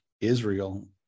Israel